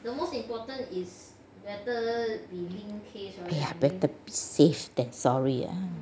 better be safe than sorry ah